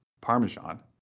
Parmesan